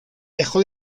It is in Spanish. dejó